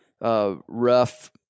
Rough